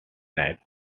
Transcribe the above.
night